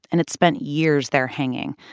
and it spent years there hanging,